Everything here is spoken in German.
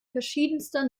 verschiedenster